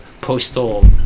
postal